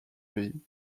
pays